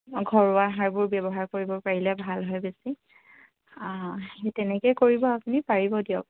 ঘৰুৱা সাৰবোৰ ব্যৱহাৰ কৰিব পাৰিলে ভাল হয় বেছি সেই তেনেকৈ কৰিব আপুনি পাৰিব দিয়ক